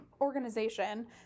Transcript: organization